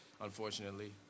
unfortunately